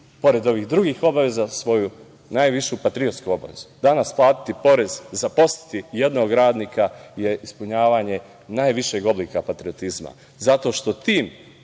pored ovih drugih obaveza, svoju najvišu patriotsku obavezu. Danas platiti porez, zaposliti jednog radnika je ispunjavanje najvišeg oblika patriotizma zato što tim